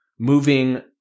Moving